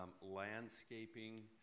landscaping